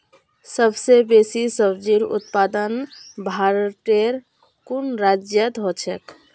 सबस बेसी सब्जिर उत्पादन भारटेर कुन राज्यत ह छेक